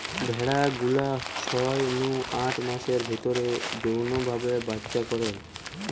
ভেড়া গুলা ছয় নু আট মাসের ভিতরেই যৌন ভাবে বাচ্চা করে